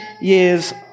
years